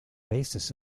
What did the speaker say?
basis